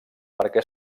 perquè